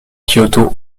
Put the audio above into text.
kyoto